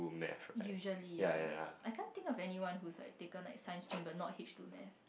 usually ya I can't think of anyone who's like taken like science stream but not H two maths